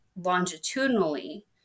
longitudinally